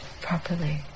properly